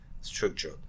structure